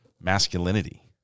masculinity